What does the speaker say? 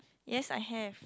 yes I have